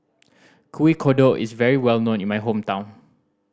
Kuih Kodok is very well known in my hometown